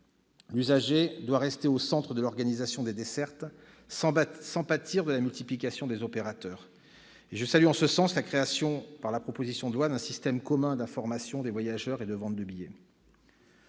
L'usager doit rester au centre de l'organisation des dessertes sans pâtir de la multiplication des opérateurs. À cet égard, je salue la proposition de création par le texte d'un système commun d'information des voyageurs et de vente de billets.